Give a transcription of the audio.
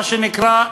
מה שנקרא,